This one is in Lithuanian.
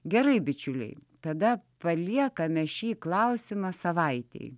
gerai bičiuliai tada paliekame šį klausimą savaitei